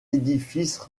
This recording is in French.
édifices